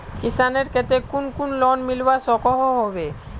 किसानेर केते कुन कुन लोन मिलवा सकोहो होबे?